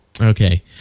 Okay